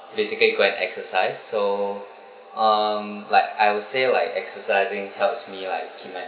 basically go and exercise so um like I would say like exercising helps me like keep myself